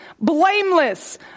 blameless